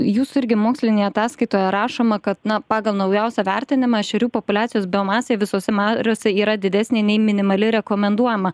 jūsų irgi mokslinėje ataskaitoje rašoma kad na pagal naujausią vertinimą ešerių populiacijos biomasė visose mariose yra didesnė nei minimali rekomenduojama